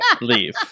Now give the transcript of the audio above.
leave